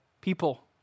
people